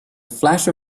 flash